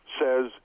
says